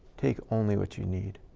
take only what you need.